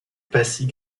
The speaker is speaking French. passy